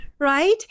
Right